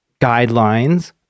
guidelines